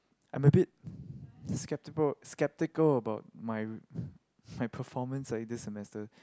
I'm a bit skeptical skeptical about my my performance like this semester